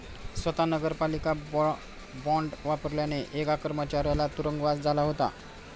स्वत नगरपालिका बॉंड वापरल्याने एका कर्मचाऱ्याला तुरुंगवास झाला होता